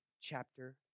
chapter